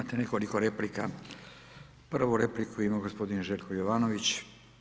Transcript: Imate nekoliko replika, prvu repliku ima gospodin Željko Jovanović.